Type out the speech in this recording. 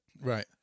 Right